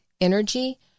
energy